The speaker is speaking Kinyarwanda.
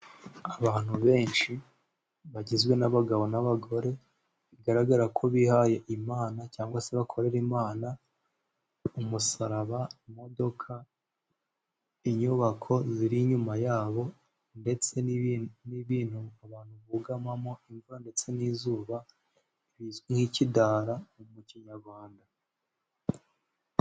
Abantu benshi bagizwe n'abagabo n'abagore, bigaragara ko bihaye Imana cyangwa se bakorera Imana. Umusaraba, imodoka, inyubako ziri inyuma yabo ndetse n'ibintu abantu bugamamo imvura ndetse n'izuba bizwi nk'ikidara mu Kinyarwanda.